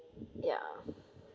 ya